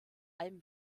alben